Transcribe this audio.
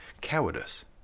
cowardice